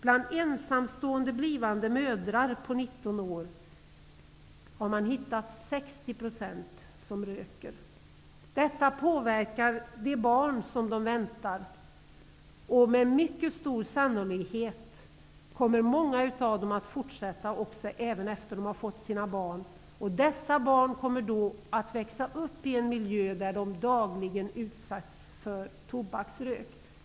Bland ensamstående blivande mödrar på 19 år har man hittat 60 % som röker. Detta påverkar de barn som de väntar. Med mycket stor sannolikhet kommer många av dem att fortsätta röka även efter det att de fått sina barn. Dessa barn kommer då att växa upp i en miljö där de dagligen utsätts för tobaksrök.